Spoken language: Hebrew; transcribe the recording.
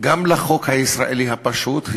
גם לחוק הישראלי הפשוט.